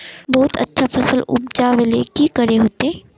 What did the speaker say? बहुत अच्छा फसल उपजावेले की करे होते?